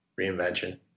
reinvention